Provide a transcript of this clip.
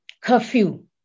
curfew